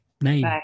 name